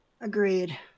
Agreed